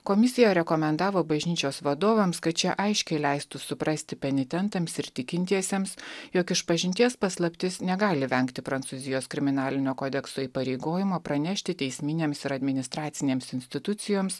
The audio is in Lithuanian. komisija rekomendavo bažnyčios vadovams kad šie aiškiai leistų suprasti penitentams ir tikintiesiems jog išpažinties paslaptis negali vengti prancūzijos kriminalinio kodekso įpareigojimo pranešti teisminėms ir administracinėms institucijoms